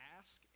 ask